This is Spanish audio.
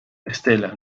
estela